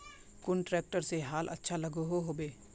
कुन ट्रैक्टर से हाल अच्छा लागोहो होबे?